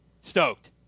Stoked